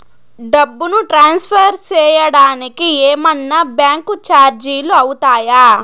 డబ్బును ట్రాన్స్ఫర్ సేయడానికి ఏమన్నా బ్యాంకు చార్జీలు అవుతాయా?